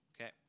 okay